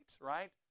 right